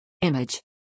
Image